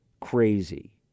crazy